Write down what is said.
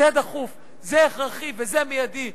זה דחוף, זה הכרחי וזה מיידי.